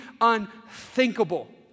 unthinkable